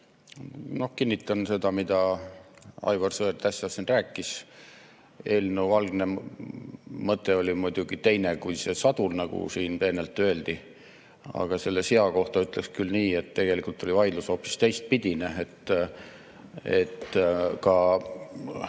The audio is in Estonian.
Kinnitan seda, mida Aivar Sõerd äsja siin rääkis. Eelnõu algne mõte oli muidugi teine kui see sadul, nagu siin peenelt öeldi. Aga selle sea kohta ütleksin küll nii, et tegelikult oli vaidlus hoopis teistpidine – ka